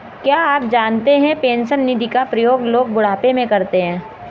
क्या आप जानते है पेंशन निधि का प्रयोग लोग बुढ़ापे में करते है?